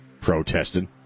protested